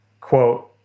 quote